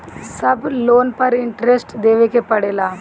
सब लोन पर इन्टरेस्ट देवे के पड़ेला?